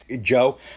Joe